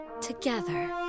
together